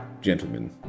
gentlemen